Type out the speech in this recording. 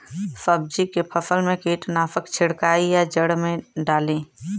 सब्जी के फसल मे कीटनाशक छिड़काई या जड़ मे डाली?